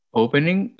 opening